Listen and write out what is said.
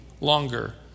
longer